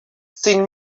sin